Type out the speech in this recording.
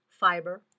fiber